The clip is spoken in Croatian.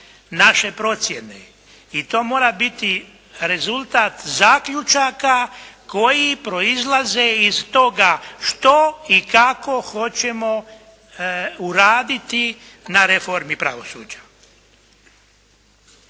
naše procjene i to mora biti rezultat zaključaka koji proizlaze iz toga što i kako hoćemo uraditi na reformi pravosuđa.